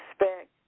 respect